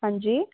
अंजी